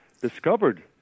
discovered